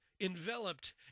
enveloped